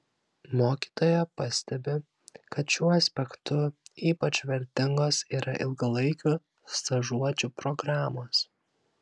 mokytoja pastebi kad šiuo aspektu ypač vertingos yra ilgalaikių stažuočių programos